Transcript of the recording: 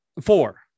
Four